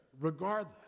regardless